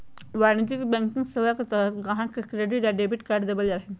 वाणिज्यिक बैंकिंग सेवा के तहत गाहक़ के क्रेडिट या डेबिट कार्ड देबल जा हय